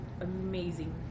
amazing